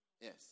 Yes